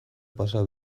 pasa